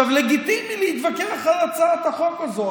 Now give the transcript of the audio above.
לגיטימי להתווכח על הצעת החוק הזו.